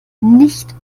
nicht